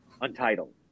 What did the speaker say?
untitled